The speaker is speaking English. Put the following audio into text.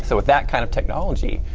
so with that kind of technology,